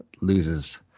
loses